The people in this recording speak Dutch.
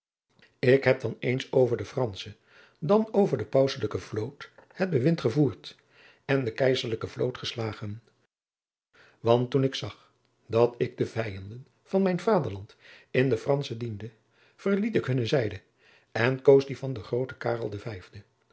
ik heb dan eens over de fransche dan over de pauselijke vloot het bewind gevoerd en de keizerlijke vloot geslagen want toen ik zag dat ik de vijanden van mijn vaderland in de franschen diende verliet ik hunne zijde en koos die van den grooten